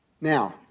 Now